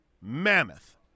Mammoth